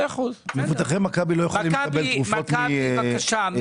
מכבי, בקשה.